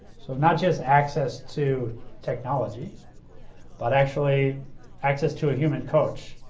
so not just access to technology but actually access to a human coach.